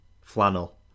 flannel